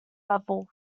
level